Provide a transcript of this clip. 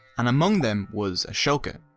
and among them was ashoka.